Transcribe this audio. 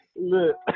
look